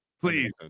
please